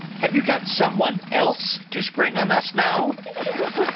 have you got someone else to spring on us now?